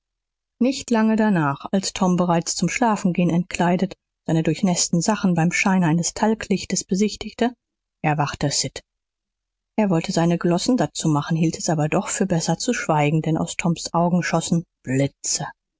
nicht lange danach als tom bereits zum schlafengehen entkleidet seine durchnäßten sachen beim scheine eines talglichtes besichtigte erwachte sid er wollte seine glossen dazu machen hielt es aber doch für besser zu schweigen denn aus toms augen schossen blitze